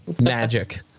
magic